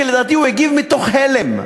כי לדעתי הוא הגיב מתוך הלם.